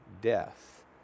death